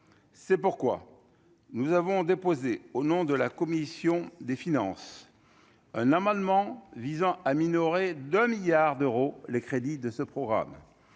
c'est pourquoi nous avons déposé au nom de la commission des finances un amendement visant à minorer d'milliards d'euros, les crédits de ce programme,